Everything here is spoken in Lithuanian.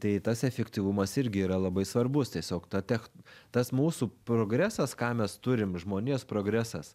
tai tas efektyvumas irgi yra labai svarbus tiesiog ta tech tas mūsų progresas ką mes turim žmonijos progresas